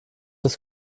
des